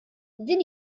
din